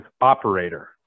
operator